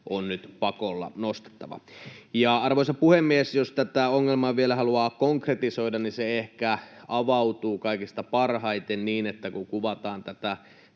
on nyt pakolla nostettava. Arvoisa puhemies! Jos tätä ongelmaa vielä haluaa konkretisoida, niin se ehkä avautuu kaikista parhaiten, kun kuvataan tämän